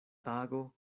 tago